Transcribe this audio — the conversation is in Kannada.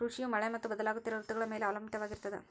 ಕೃಷಿಯು ಮಳೆ ಮತ್ತು ಬದಲಾಗುತ್ತಿರೋ ಋತುಗಳ ಮ್ಯಾಲೆ ಅವಲಂಬಿತವಾಗಿರ್ತದ